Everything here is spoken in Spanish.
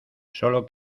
sólo